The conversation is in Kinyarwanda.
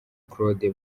claude